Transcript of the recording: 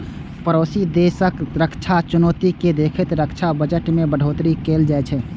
पड़ोसी देशक रक्षा चुनौती कें देखैत रक्षा बजट मे बढ़ोतरी कैल जाइ छै